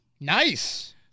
Nice